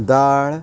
दाळ